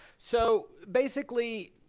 so, basically,